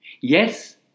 Yes